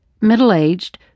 Middle-aged